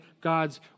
God's